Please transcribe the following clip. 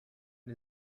and